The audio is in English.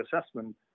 Assessment